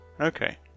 Okay